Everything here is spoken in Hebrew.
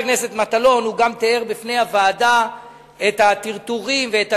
חבר הכנסת מטלון תיאר בפני הוועדה את הטרטורים ואת